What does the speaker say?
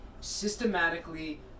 systematically